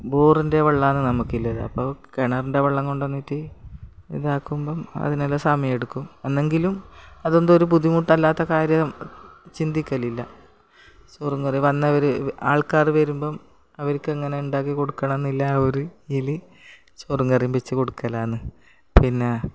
ബോറിൻ്റെ വെള്ളമാണ് നമുക്കില്ലത് അപ്പോൾ കിണറിൻ്റെ വെള്ളം കൊണ്ടു വന്നിട്ട് ഇതാക്കുമ്പം അതിനുള്ള സമയമെടുക്കും എന്നെങ്കിലും അത് എന്തൊരു ബുദ്ധിമുട്ടില്ലാത്ത കാര്യം ചിന്തിക്കലില്ല ചോറും കറിയും വന്നവർ ആൾക്കാർ വരുമ്പം അവർക്കിങ്ങനെ ഉണ്ടാക്കി കൊടുക്കണമെന്നില്ല ആ ഒരു ഇതിൽ ചോറും കറിയും വെച്ചു കൊടുക്കലാണെന്നു പിന്നെ